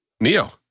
Neo